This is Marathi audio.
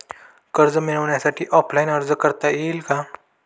कर्ज मिळण्यासाठी ऑफलाईन अर्ज करता येईल का?